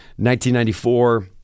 1994